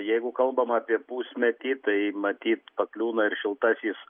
jeigu kalbam apie pusmetį tai matyt pakliūna ir šiltasis